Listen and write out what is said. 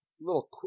little